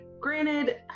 granted